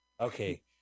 Okay